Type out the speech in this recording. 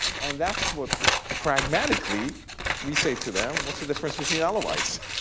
and that's what pragmatically we say to them, what's the difference between alawites,